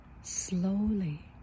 slowly